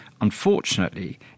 Unfortunately